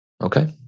Okay